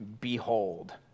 behold